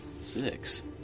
Six